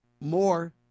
more